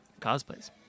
cosplays